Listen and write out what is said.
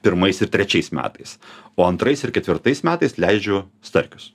pirmais ir trečiais metais o antrais ir ketvirtais metais leidžiu starkius